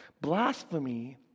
Blasphemy